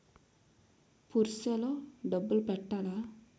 Purse లో డబ్బులు పెట్టలా?